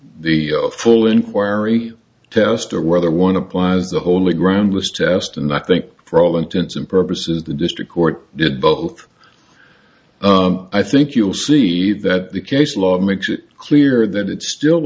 the full inquiry test or whether one applies the wholly groundless test and i think for all intents and purposes the district court did both i think you'll see that the case law makes it clear that it's still